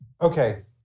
okay